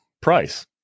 price